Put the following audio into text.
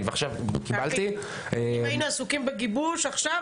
אם היינו עסוקים בגיבוש עכשיו,